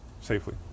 safely